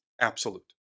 absolute